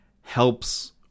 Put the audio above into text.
helps